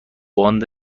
باند